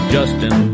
Justin